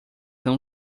não